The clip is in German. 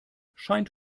scheint